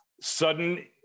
sudden